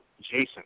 Jason